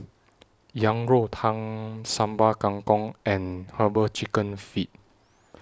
Yang Rou Tang Sambal Kangkong and Herbal Chicken Feet